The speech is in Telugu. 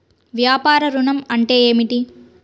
వ్యాపార ఋణం అంటే ఏమిటి?